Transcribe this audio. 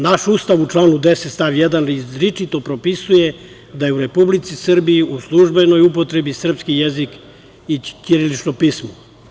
Naš Ustav u članu 10. stav 1. izričito propisuje da je u Republici Srbiji u službenoj upotrebi srpski jezik i ćirilično pismo.